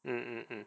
mm mm mm